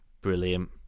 brilliant